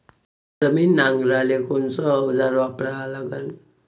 जमीन नांगराले कोनचं अवजार वापरा लागन?